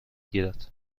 گیرد